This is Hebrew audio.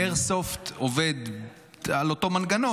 איירסופט עובד על אותו מנגנון,